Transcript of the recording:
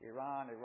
Iran